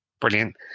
Brilliant